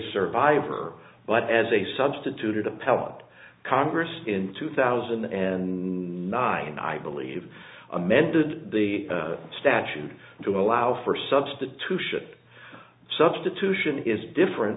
survivor but as a substitute appellant congress in two thousand and nine i believe amended the statute to allow for substitution substitution is different